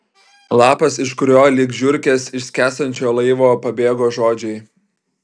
lapas iš kurio lyg žiurkės iš skęstančio laivo pabėgo žodžiai